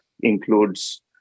includes